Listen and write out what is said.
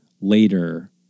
later